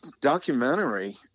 documentary